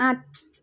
আঠ